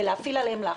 ולהפעיל עליהם לחץ,